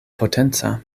potenca